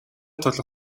тул